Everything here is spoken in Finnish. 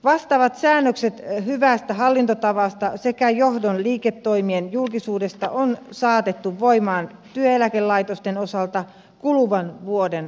vastaavat säännökset hyvästä hallintotavasta sekä johdon liiketoimien julkisuudesta on saatettu voimaan työeläkelaitosten osalta kuluvan vuoden alusta